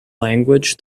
language